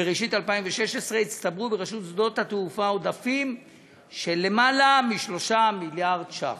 בראשית 2016 הצטברו ברשות שדות התעופה עודפים של למעלה מ-3 מיליארד ש"ח,